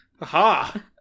Aha